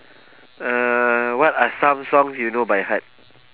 uh what are some songs you know by heart